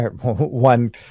one